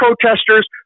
protesters